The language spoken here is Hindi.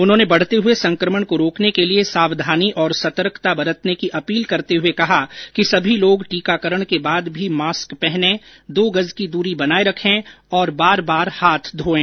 उन्होंने बढ़ते हुए संक्रमण को रोकने के लिए सावधानी एवं सतर्कता बरतने की अपील करते हुए कहा कि सभी लोग टीकांकरण के बाद भी मास्क पहनें दो गज की दूरी बनाए रखें और बार बार हाथ धोएं